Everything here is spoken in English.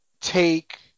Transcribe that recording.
take